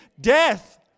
death